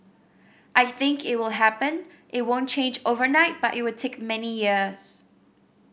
I think it would happen it won't change overnight but it would take many years